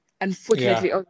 unfortunately